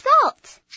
salt